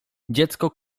dziecko